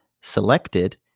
selected